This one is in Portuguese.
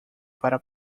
para